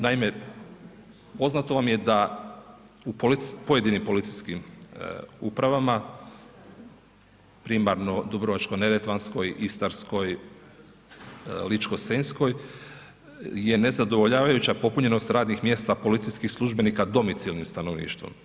Naime, poznato vam je da u pojedinim policijskim upravama, primarno Dubrovačko-neretvanskoj, Istarskoj, Ličko-senjskoj je nezadovoljavajuća popunjenost radnih mjesta policijskih službenika domicilnim stanovništvom.